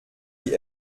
die